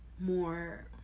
more